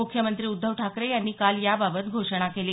मुख्यमंत्री उद्धव ठाकरे यांनी काल याबाबत घोषणा केली